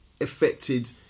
affected